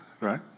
right